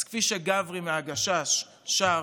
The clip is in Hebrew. אז כפי שגברי מהגשש שר,